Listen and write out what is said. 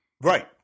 Right